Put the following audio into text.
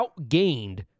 outgained